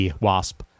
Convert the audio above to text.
Wasp